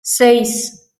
seis